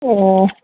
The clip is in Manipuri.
ꯑꯣ